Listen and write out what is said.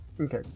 Okay